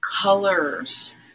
colors